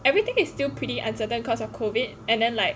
everything is still pretty uncertain because of COVID and then like